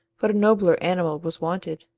but a nobler animal was wanted,